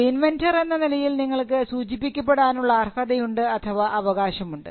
ഒരു ഇൻവെൻന്റർ എന്ന നിലയിൽ നിങ്ങൾക്ക് സൂചിപ്പിക്കപ്പെടാനുള്ള അർഹതയുണ്ട് അവകാശമുണ്ട്